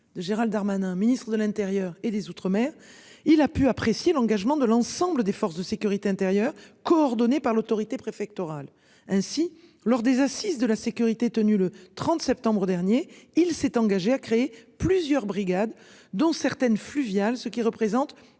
de Gérald Darmanin Ministre de l'Intérieur et des Outre-mer, il a pu apprécier l'engagement de l'ensemble des forces de sécurité intérieure coordonné par l'autorité préfectorale. Ainsi, lors des Assises de la sécurité tenue le 30 septembre dernier, il s'est engagé à créer plusieurs brigades dont certaines fluviales ce qui représente